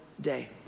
day